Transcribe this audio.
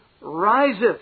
riseth